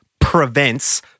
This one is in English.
prevents